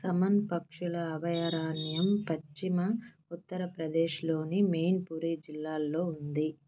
సమన్ పక్షుల అభయారణ్యం పశ్చిమ ఉత్తరప్రదేశ్లోని మెయిన్పురి జిల్లాలో ఉంది